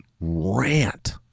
rant